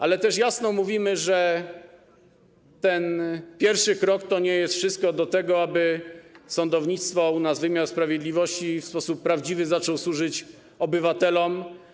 Ale też jasno mówimy, że ten pierwszy krok to nie jest wszystko, aby sądownictwo, wymiar sprawiedliwości u nas w sposób prawdziwy zaczął służyć obywatelom.